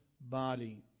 body